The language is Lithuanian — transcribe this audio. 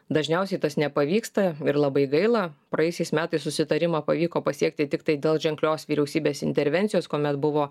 dažniausiai tas nepavyksta ir labai gaila praėjusiais metais susitarimą pavyko pasiekti tiktai dėl ženklios vyriausybės intervencijos kuomet buvo